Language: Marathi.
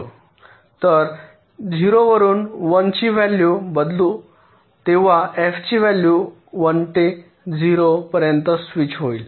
तर 0 वरून 1 ची व्हॅल्यू बदलू तेव्हा f ची व्हॅल्यू 1 ते 0 पर्यंत स्विच होईल